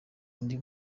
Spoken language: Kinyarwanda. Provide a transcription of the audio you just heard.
undi